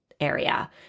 area